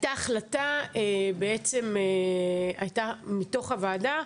הייתה החלטה מתוך הוועדה,